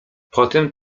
potem